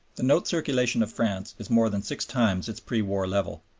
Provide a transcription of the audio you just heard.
the note circulation of france is more than six times its pre-war level.